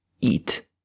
eat